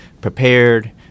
prepared